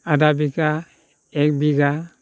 आधआ बिगा एक बिगा